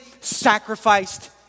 sacrificed